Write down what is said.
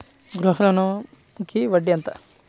గృహ ఋణంకి వడ్డీ ఎంత?